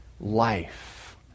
life